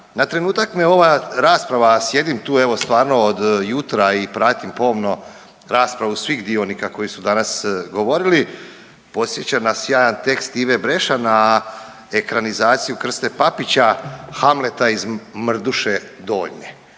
Na trenutak me ova rasprava, a jedim tu evo stvarno od jutra i pratim pomno raspravu svih dionika koji su danas govorili podsjeća na sjajan tekst Ive Brešana, ekranizaciju Krste Papića Hamleta iz Mrduše Donje